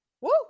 Woo